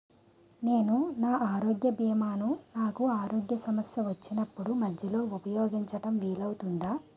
నేను నా ఆరోగ్య భీమా ను నాకు ఆరోగ్య సమస్య వచ్చినప్పుడు మధ్యలో ఉపయోగించడం వీలు అవుతుందా?